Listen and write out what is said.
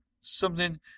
Something